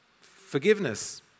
Forgiveness